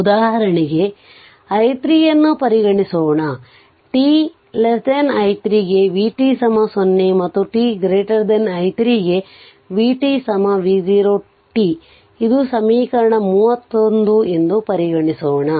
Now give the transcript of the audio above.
ಉದಾಹರಣೆಗೆ i3 ಅನ್ನು ಪರಿಗಣಿಸೋಣ t i 3ಗೆ vt 0 ಮತ್ತು t i 3 ಗೆ vt v0 t ಇದು ಸಮೀಕರಣ 31 ಎಂದು ಪರಿಗಣಿಸೋಣ